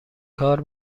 کار